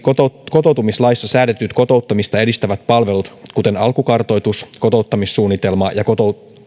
kotoutumislaissa säädetyt kotouttamista edistävät palvelut kuten alkukartoitus kotouttamissuunnitelma ja